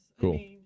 Cool